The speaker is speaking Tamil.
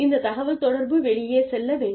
இந்த தகவல் தொடர்பு வெளியே செல்ல வேண்டும்